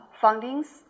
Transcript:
findings